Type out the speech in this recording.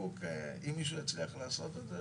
שאם מישהו יצליח לשנות את זה,